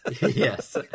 Yes